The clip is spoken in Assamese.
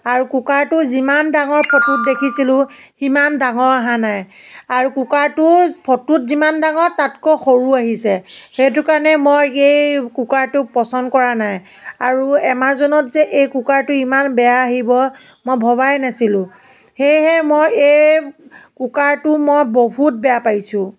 আৰু কুকাৰটো যিমান ডাঙৰ ফটোত দেখিছিলোঁ সিমান ডাঙৰ অহা নাই আৰু কুকাৰটো ফটোত যিমান ডাঙৰ তাতকৈ সৰু আহিছে সেইটো কাৰণে মই এই কুকাৰটো পছন্দ কৰা নাই আৰু এমাজনত যে এই কুকাৰটো ইমান বেয়া আহিব মই ভবাই নাছিলোঁ সেয়েহে মই এই কুকাৰটো মই বহুত বেয়া পাইছোঁ